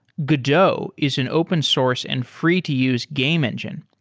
godot is an open source and free to use game engine.